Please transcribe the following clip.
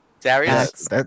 Darius